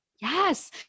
Yes